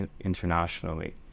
internationally